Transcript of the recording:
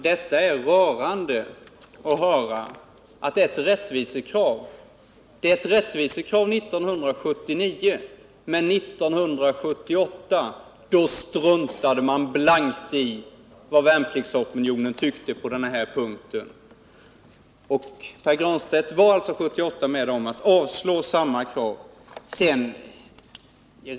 Herr talman! Det är rörande att höra Pär Granstedt säga att det är ett rättvisekrav. Det är ett rättvisekrav 1979, men 1978 struntade man blankt i vad värnpliktsopinionen tyckte på den här punkten. Pär Granstedt var 1978 med om att avslå samma krav.